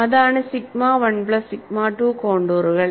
അതാണ് sigma 1 plus sigma 2 കോൺടൂറുകൾ